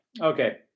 Okay